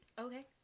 Okay